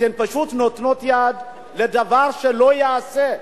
אתן פשוט נותנות יד לדבר שלא ייעשה,